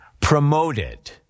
Promoted